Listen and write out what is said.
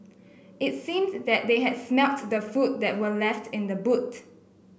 it seemed that they had smelt the food that were left in the boot